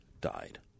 died